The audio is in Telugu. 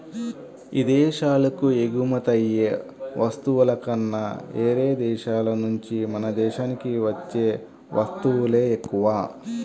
ఇదేశాలకు ఎగుమతయ్యే వస్తువుల కన్నా యేరే దేశాల నుంచే మన దేశానికి వచ్చే వత్తువులే ఎక్కువ